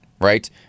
right